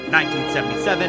1977